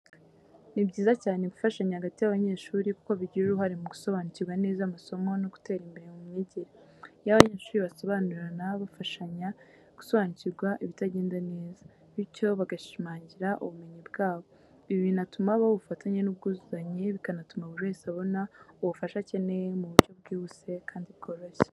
Ni byiza cyane gufashanya hagati y’abanyeshuri kuko bigira uruhare mu gusobanukirwa neza amasomo no gutera imbere mu myigire. Iyo abanyeshuri basobananira, bafashanya gusobanukirwa ibitagenda neza, bityo bagashimangira ubumenyi bwabo. Ibi binatuma habaho ubufatanye n’ubwuzuzanye, bikanatuma buri wese abona ubufasha akeneye mu buryo bwihuse kandi bworoshye.